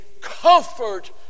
comfort